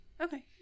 Okay